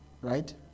right